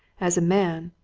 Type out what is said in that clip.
as a man,